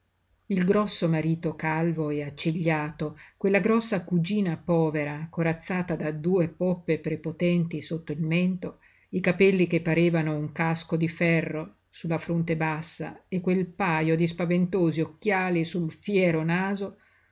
il grosso marito calvo e accigliato quella grossa cugina povera corazzata da due poppe prepotenti sotto il mento i capelli che parevano un casco di ferro su la fronte bassa e quel pajo di spaventosi occhiali sul fiero naso